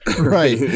Right